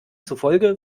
zufolge